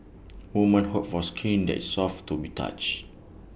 woman hope for skin that is soft to be touch